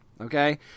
okay